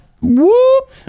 Whoop